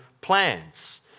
plans